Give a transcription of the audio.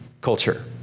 culture